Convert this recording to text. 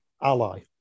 ally